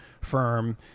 firm